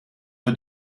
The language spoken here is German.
für